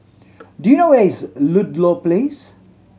do you know where is Ludlow Place